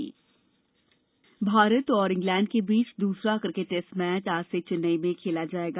cricket Bharat और England के बीच दूसरा क्रिकेट टेस्ट मैच आज से चेन्नई में खेला जायेगा